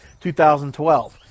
2012